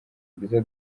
bwiza